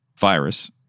virus